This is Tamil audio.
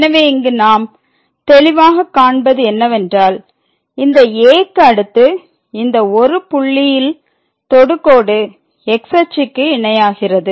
எனவே இங்கு நாம் தெளிவாக காண்பது என்னவென்றால் இந்த 'a' க்குஅடுத்து இந்த ஒரு புள்ளியில் தொடுகோடு x அச்சுக்கு இணைகிறது